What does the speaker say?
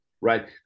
right